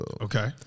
Okay